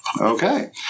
Okay